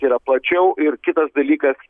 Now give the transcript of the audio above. yra plačiau ir kitas dalykas